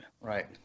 Right